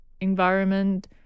environment